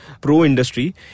pro-industry